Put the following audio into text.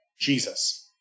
Jesus